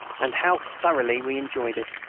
and how thoroughly we enjoyed it!